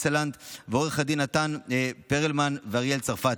עו"ד יעל סלנט ועו"ד נתן פרלמן ואריאל צרפתי,